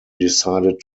decided